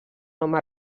home